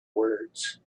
words